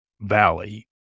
valley